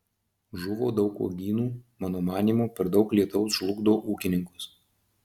žuvo daug uogynų mano manymu per daug lietaus žlugdo ūkininkus